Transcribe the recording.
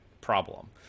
problem